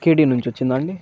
కే D నుంచి వచ్చిందా అండి